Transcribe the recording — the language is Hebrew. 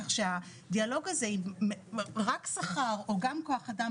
כך שהדיאלוג הזה אם רק שכר או רק כוח אדם,